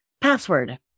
password